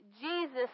Jesus